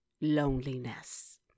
loneliness